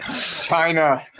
China